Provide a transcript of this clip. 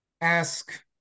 ask